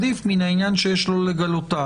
עדיף מן העניין שיש לא לגלותה.